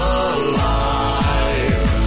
alive